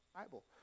Bible